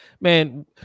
Man